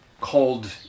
called